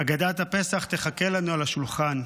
הגדת הפסח תחכה לנו על השולחן.